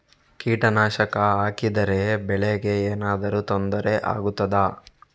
ಕೀಟನಾಶಕ ಹಾಕಿದರೆ ಬೆಳೆಗೆ ಏನಾದರೂ ತೊಂದರೆ ಆಗುತ್ತದಾ?